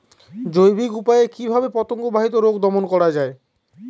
জৈবিক উপায়ে কিভাবে পতঙ্গ বাহিত রোগ দমন করা যায়?